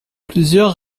plusieurs